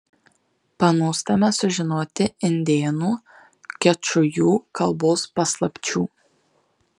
panūstame sužinoti indėnų kečujų kalbos paslapčių